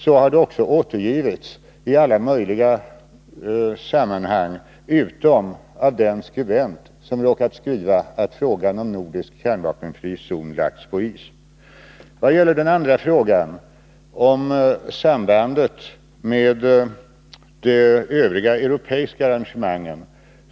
Så har mina uttalanden också återgivits i alla möjliga sammanhang, utom av den skribent som råkade skriva att frågan om en kärnvapenfri zon lagts på is. Fru Jonängs andra fråga gällde sambandet med de övriga europeiska arrangemangen.